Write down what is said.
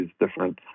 different